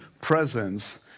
presence